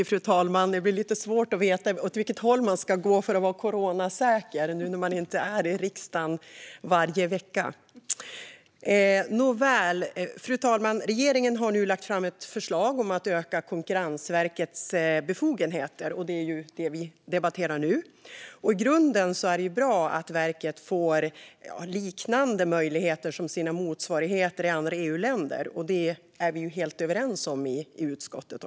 Fru talman! Regeringen har nu lagt fram ett förslag om att öka Konkurrensverkets befogenheter, och det är det vi debatterar nu. I grunden är det bra att verket får möjligheter som liknar de möjligheter dess motsvarigheter i andra EU-länder har. Det är vi helt överens om i utskottet.